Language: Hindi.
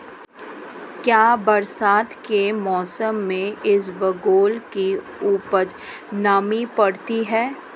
क्या बरसात के मौसम में इसबगोल की उपज नमी पकड़ती है?